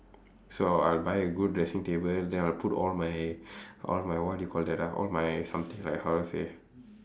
so I'll I'll buy a good dressing table then I'll put all my all my what you call that ah all my something like how to say